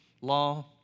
law